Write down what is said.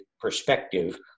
perspective